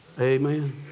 Amen